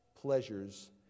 pleasures